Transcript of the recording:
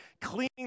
cleaning